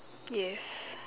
yes